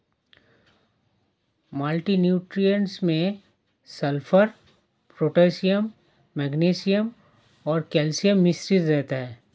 multi nutrients में sulphur, potassium magnesium और calcium मिश्रित रहता है